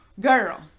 Girl